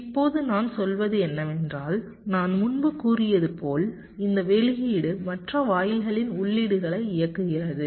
இப்போது நான் சொல்வது என்னவென்றால் நான் முன்பு கூறியது போல் இந்த வெளியீடு மற்ற வாயில்களின் உள்ளீடுகளை இயக்குகிறது